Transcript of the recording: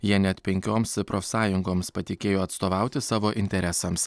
jie net penkioms profsąjungoms patikėjo atstovauti savo interesams